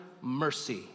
mercy